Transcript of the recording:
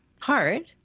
hard